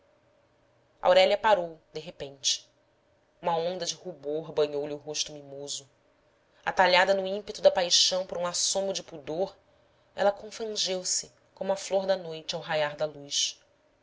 aurélia parou de repente uma onda de rubor banhou lhe o rosto mimoso atalhada no ímpeto da paixão por um assomo de pudor ela confrangeu se como a flor da noite ao raiar da luz